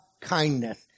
kindness